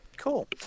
cool